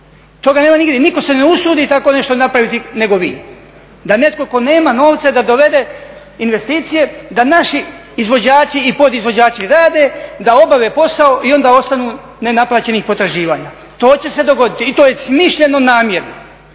toga nema nigdje i nitko se ne usudi tako nešto napraviti nego vi, da netko tko nema novce da dovede investicije da naši izvođači i podizvođači rade, da obave posao i onda ostanu nenaplaćenih potraživanja. To će se dogoditi i to je smišljeno namjerno.